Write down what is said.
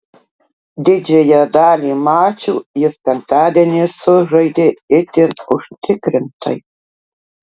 didžiąją dalį mačų jis penktadienį sužaidė itin užtikrintai